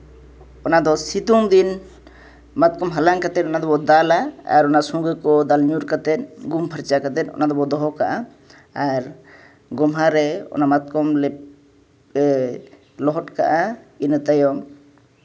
ᱚᱱᱟᱫᱚ ᱥᱤᱛᱩᱝ ᱫᱤᱱ ᱢᱟᱛᱠᱚᱢ ᱦᱟᱞᱟᱝ ᱠᱟᱛᱮᱫ ᱚᱱᱟ ᱫᱚᱠᱚ ᱫᱟᱞᱟ ᱟᱨ ᱥᱩᱜᱟᱹ ᱠᱚ ᱫᱟᱞ ᱧᱩᱨ ᱠᱟᱛᱮᱫ ᱜᱩᱢ ᱯᱷᱟᱨᱪᱟ ᱠᱟᱛᱮᱫ ᱚᱱᱟ ᱫᱚᱠᱚ ᱫᱚᱦᱚ ᱠᱟᱜᱼᱟ ᱟᱨ ᱜᱳᱢᱦᱟ ᱨᱮ ᱚᱱᱟ ᱢᱟᱛᱠᱚᱢ ᱞᱮ ᱞᱚᱦᱚᱫ ᱠᱟᱜᱼᱟ ᱤᱱᱟᱹ ᱛᱟᱭᱚᱢ